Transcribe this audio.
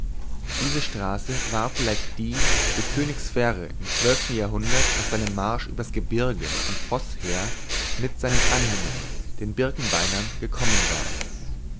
diese straße war vielleicht die die könig sverre im jahrhundert nach seinem marsch übers gebirge von voß her mit seinen anhängern den birkenbeinern gekommen war